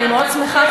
אני מאוד שמחה,